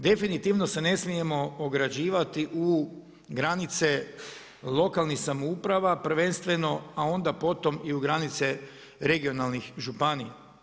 Definitivno se ne smijemo ograđivati u granice lokalnih samouprava prvenstveno, a onda po tom i u granice regionalnih županija.